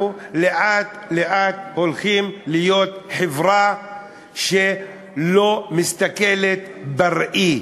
לאט-לאט הולכים להיות חברה שלא מסתכלת בראי.